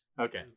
Okay